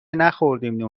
نخوردیم